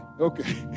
Okay